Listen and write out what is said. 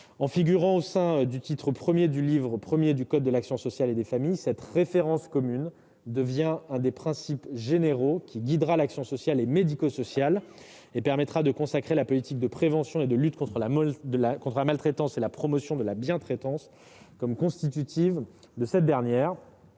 référence au sein du titre I du livre I du code de l'action sociale et des familles, cette référence commune devient l'un des principes généraux guidant l'action sociale et médico-sociale. Elle permettra de consacrer la politique de prévention de la maltraitance, de lutte contre la maltraitance et de promotion de la bientraitance comme constitutive de cette dernière.